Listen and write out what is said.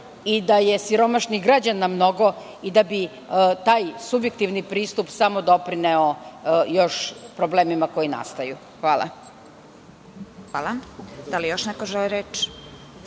da je siromašnih građana mnogo i da bi taj subjektivni pristup samo još doprineo problemima koji nastaju. Hvala. **Vesna Kovač** Hvala. Da li još neko želi reč?